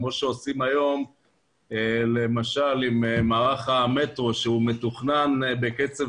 כמו שעושים היום למשל עם מערך המטרו שהוא מתוכנן בקצב